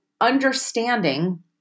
understanding